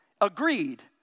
agreed